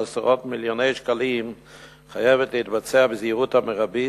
עשרות מיליוני שקלים חייבת להתבצע בזהירות מרבית,